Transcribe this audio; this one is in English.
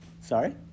Sorry